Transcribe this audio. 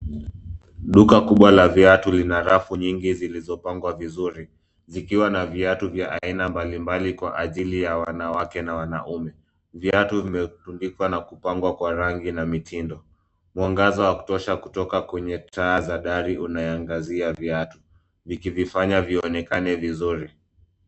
Duka kubwa la viatu lina rafu nyingi zilizopangwa vizuri zikiwa na viatu vya aina mbalimbali kwa ajili ya wanawake na wanaume. Viatu vimetundikwa na kupangwa kwa rangi na mitindo . Mwangaza wa kutosha kutoka kwenye taa za dari unangazia viatu . Vikivifanya vionekane vizuri.